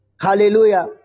Hallelujah